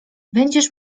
będziesz